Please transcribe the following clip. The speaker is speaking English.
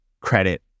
credit